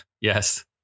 Yes